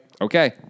Okay